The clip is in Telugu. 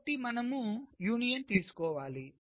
కాబట్టి మనము యూనియన్ తీసుకోవాలి